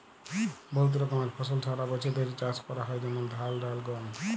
বহুত রকমের ফসল সারা বছর ধ্যরে চাষ ক্যরা হয় যেমল ধাল, ডাল, গম